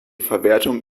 verwertung